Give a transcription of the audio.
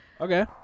Okay